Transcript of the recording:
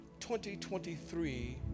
2023